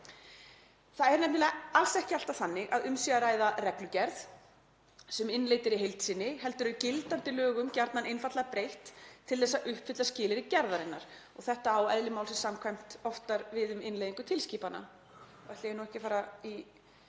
Það er nefnilega alls ekki alltaf þannig að um sé að ræða reglugerð sem innleidd er í heild sinni heldur er gildandi lögum gjarnan einfaldlega breytt til þess að uppfylla skilyrði gerðarinnar og þetta á eðli málsins samkvæmt oftar við um innleiðingu tilskipana, og ætla ég ekki að fara í